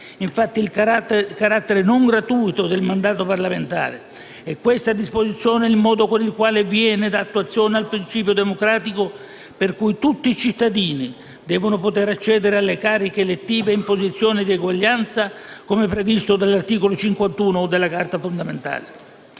infatti, il carattere non gratuito del mandato parlamentare e questa disposizione è il modo con il quale viene data attuazione al principio democratico per cui tutti i cittadini devono poter accedere alle cariche elettive in posizione di eguaglianza, come previsto dall'articolo 51 della Carta fondamentale.